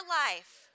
life